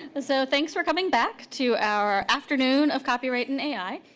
and so thanks for coming back to our afternoon of copyright in ai.